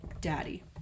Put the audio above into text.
Daddy